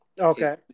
Okay